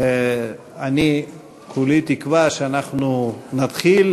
אני כולי תקווה שאנחנו נתחיל.